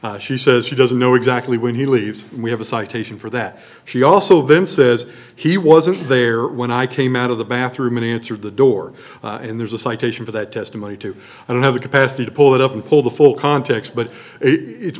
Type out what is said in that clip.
discussion she says she doesn't know exactly when he leaves we have a citation for that she also says he wasn't there when i came out of the bathroom and answered the door and there's a citation for that testimony too i don't have the capacity to pull it up and pull the full context but it's